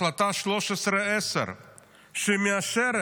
החלטה 1310 שמאשרת